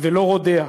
ולא רודיה.